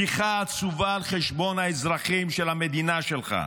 בדיחה עצובה על חשבון האזרחים של המדינה שלך.